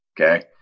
Okay